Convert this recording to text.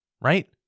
right